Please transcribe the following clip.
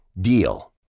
DEAL